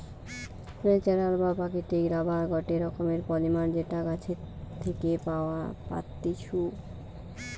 natural বা প্রাকৃতিক rubber গটে রকমের পলিমার যেটা গাছের থেকে পাওয়া পাত্তিছু